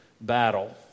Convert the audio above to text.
battle